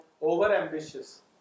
Over-ambitious